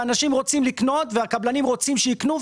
אנשים רוצים לקנות והקבלנים רוצים שיקנו,